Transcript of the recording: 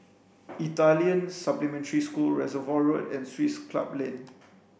Italian Supplementary School Reservoir Road and Swiss Club Lane